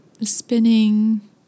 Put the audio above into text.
spinning